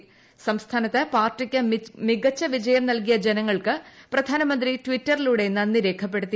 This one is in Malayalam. പാർട്ടിക്ക് സംസ്ഥാനത്ത് പാർട്ടിക്ക് മികച്ച വിജയം നൽകിയ ജനങ്ങൾക്ക് പ്രധാനമന്ത്രി ട്വിറ്ററിലൂടെ നന്ദി രേഖപ്പെടുത്തി